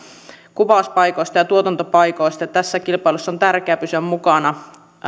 kuvauspaikoista ja tuotantopaikoista tässä kilpailussa on tärkeää pysyä mukana